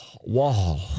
Wall